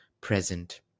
present